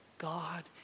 God